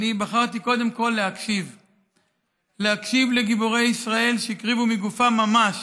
אני בחרתי קודם כול להקשיב לגיבורי ישראל שהקריבו מגופם ממש